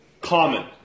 Common